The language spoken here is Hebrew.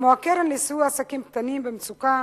כמו הקרן לסיוע לעסקים קטנים במצוקה,